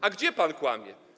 A gdzie pan kłamie?